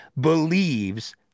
believes